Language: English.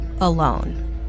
Alone